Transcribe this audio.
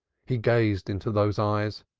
he gazed into those eyes,